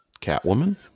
Catwoman